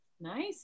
Nice